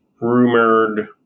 rumored